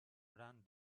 ran